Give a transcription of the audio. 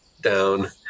down